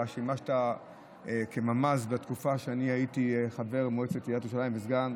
אתה שימשת כממ"ז בתקופה שאני הייתי חבר מועצת עיריית ירושלים כסגן.